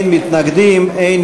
80